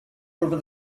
over